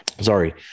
sorry